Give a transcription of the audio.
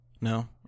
No